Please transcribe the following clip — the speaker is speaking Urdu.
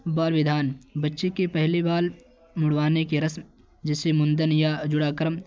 بال ودھان بچے کے پہلے بال منڈوانے کی رسم جسے مندن یا جڑا کرم